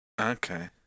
Okay